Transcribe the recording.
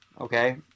okay